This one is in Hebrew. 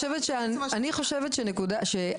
זאת לא חקיקה --- ברור שזאת חקיקה ראשית.